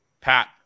Pat